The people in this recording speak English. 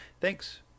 Thanks